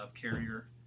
carrier